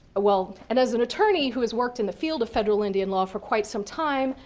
well, and as an attorney who has worked in the field of federal indian law for quite some time,